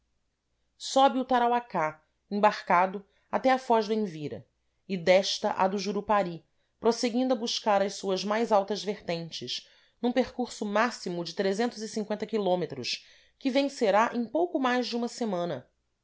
sobe o tarauacá embarcado até a foz do envira e desta à do jurupari prosseguindo a buscar as suas mais altas vertentes num percurso máximo de km que vencerá em pouco mais de uma semana